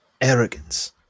arrogance